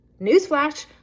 newsflash